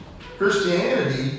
Christianity